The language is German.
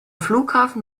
flughafen